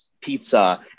pizza